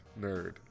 nerd